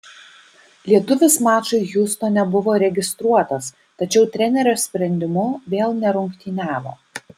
lietuvis mačui hjustone buvo registruotas tačiau trenerio sprendimu vėl nerungtyniavo